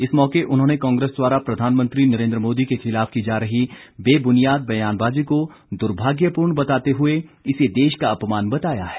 इस मौके उन्होंने कांग्रेस द्वारा प्रधानमंत्री नरेन्द्र मोदी के खिलाफ की जा रही बेबुनियाद बयानबाजी को दुर्भाग्यपूर्ण बताते हुए इसे देश का अपमान बताया है